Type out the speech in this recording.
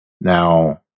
Now